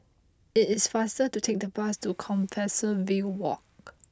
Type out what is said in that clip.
it is faster to take the bus to Compassvale Walk